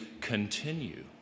continue